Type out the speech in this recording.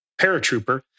paratrooper